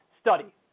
study